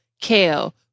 Kale